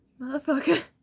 Motherfucker